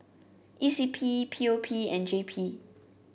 E C P P O P and J P